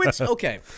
okay